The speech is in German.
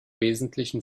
wesentlichen